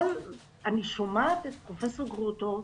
אני שומעת את פרופ' גרוטו.